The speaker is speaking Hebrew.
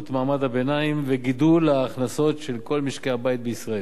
מעמד הביניים וגידול ההכנסות של כל משקי-הבית בישראל,